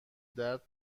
درد